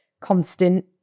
constant